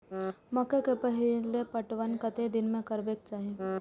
मकेय के पहिल पटवन कतेक दिन में करबाक चाही?